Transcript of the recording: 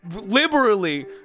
liberally